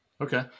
Okay